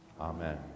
Amen